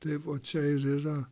taip va čia ir yra